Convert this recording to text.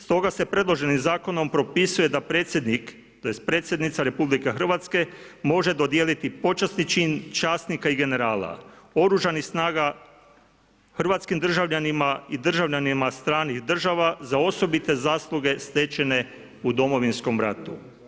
Stoga se predloženim zakonom propisuje da Predsjednik tj. Predsjednica RH može dodijeliti počasni čin časnika i generala OS-a hrvatskim državljanima i državljanima stranih država za osobite zasluge stečene u Domovinskom ratu.